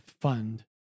fund